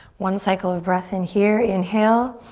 one cycle of breath in here, inhale.